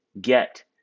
get